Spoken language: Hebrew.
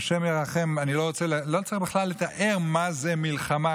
והשם ירחם, אני לא רוצה בכלל לתאר מה זאת מלחמה.